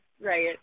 right